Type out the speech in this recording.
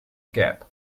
gap